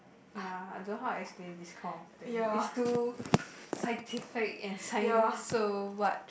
ya I don't know how to explain this kind of thing it's too scientific and science so what